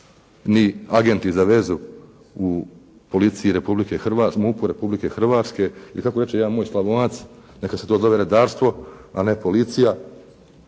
ni agenti za vezu u policiji Republike Hrvatske, MUP-u Republike Hrvatske i kako reče jedan moj Slavonac neka se to zove redarstvo a ne policija.